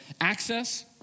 access